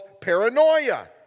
paranoia